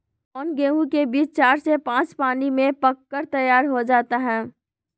कौन गेंहू के बीज चार से पाँच पानी में पक कर तैयार हो जा हाय?